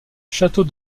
château